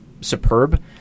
superb